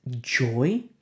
joy